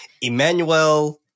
Emmanuel